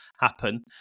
happen